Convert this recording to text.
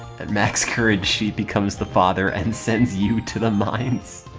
at max courage she becomes the father and sends you to the mines